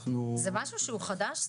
זה משהו שהוא חדש?